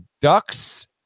Ducks